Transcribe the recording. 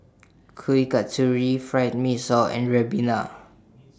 Kuih Kasturi Fried Mee Sua and Ribena